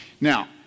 Now